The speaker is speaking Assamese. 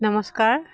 নমস্কাৰ